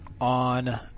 on